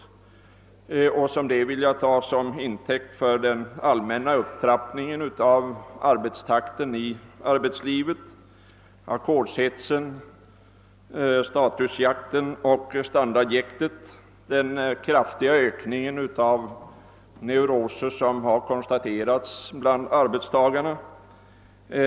Som stöd för denna uppfattning vill jag anföra den allmänna upptrappningen i arbetstakten, ackordshetsen, statusjakten, standardjäktet och den kraftiga ökning av neuroser som har konstaterats bland arbetstagarna.